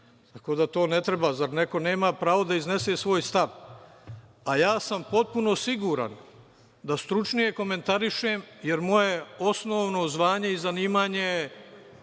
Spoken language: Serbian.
tako da to ne treba. Zar neko nema pravo da iznese svoj stav? Ja sam potpuno siguran da stručnije komentarišem, jer moje osnovno zvanje i zanimanje,